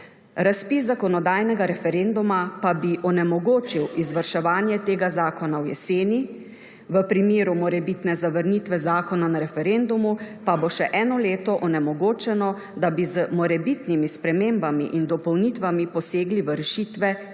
Razpis zakonodajnega referenduma pa bi onemogočil izvrševanje tega zakona v jeseni, v primeru morebitne zavrnitve zakona na referendumu pa bo še eno leto onemogočeno, da bi z morebitnimi spremembami in dopolnitvami posegli v rešitve